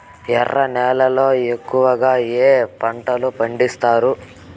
ఎర్ర నేలల్లో ఎక్కువగా ఏ పంటలు పండిస్తారు